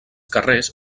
carrers